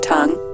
Tongue